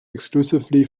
exclusively